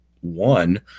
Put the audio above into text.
one